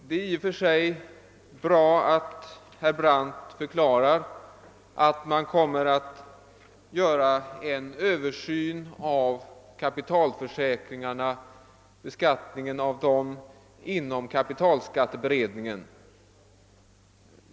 Det är i och för sig bra att herr Brandt förklarar att det inom kapitalskatteberedningen kommer att göras en Översyn av beskattningen av kapitalförsäkringarna.